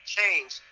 change